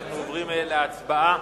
אנחנו עוברים להצבעה.